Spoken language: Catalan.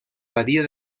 badia